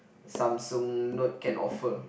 Samsung Note can offer